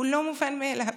הוא לא מובן מאליו.